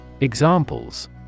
Examples